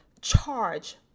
charge